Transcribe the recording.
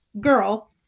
Girl